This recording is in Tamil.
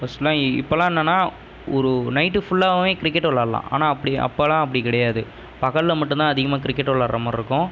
ஃபர்ஸ்ட்லாம் இப்போல்லாம் என்னென்னா ஒரு நைட்டு ஃபுல்லாவுமே கிரிக்கெட்டு விளாடலாம் ஆனால் அப்படி அப்போல்லாம் அப்படி கிடையாது பகலில் மட்டும் தான் அதிகமாக கிரிக்கெட் விளாடுற மாதிரி இருக்கும்